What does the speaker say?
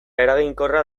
eraginkorra